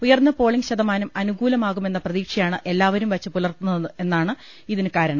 ഉയർന്ന പോളിങ് ശതമാനം അനുകൂലമാകുമെന്ന പ്രതീക്ഷയാണ് എല്ലാവരും വെച്ചു പുലർത്തു ന്നത് എന്നതാണ് ഇതിന് കാരണം